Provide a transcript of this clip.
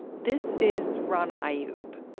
this is rana ayoob.